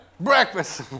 Breakfast